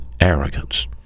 arrogance